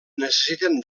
necessiten